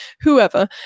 whoever